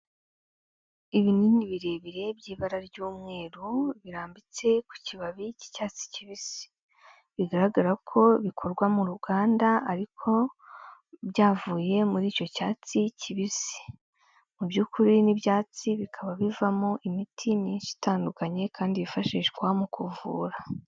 Ibinini birebire by'ibara ry'umweru birambitse ku kibabi cy'icyatsi kibisi, bigaragara ko bikorwa mu ruganda ariko byavuye muri icyo cyatsi kibisi, mu by'ukuri n'ibyatsi bikaba bivamo imiti myinshi itandukanye kandi yifashishwa mu kuvura.